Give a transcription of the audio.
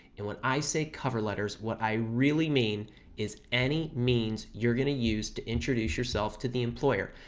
and when i say cover letters what i really mean is any means you're going to use to introduce yourself to the employer.